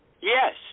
Yes